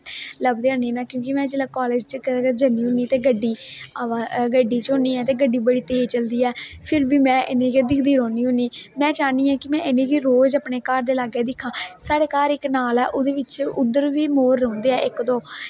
लभदे है नी क्योंकि में जिसलै काॅलेज जन्नी होन्नी ते गड्डी अवा गड्डी च होन्नी आं ते गड्डी बड़ी तेज चलदी ऐ फिर बी इनेंगी दिक्खदी रौंहन्नी होन्नी में चाहन्नी आं कि में इनेंगी रोज अपने घर दे लाग्गे दिक्खां साढ़े घर इक नाला ऐओहदे बिच उद्धर बी मोर रौंहदे ऐ इक दो